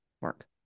work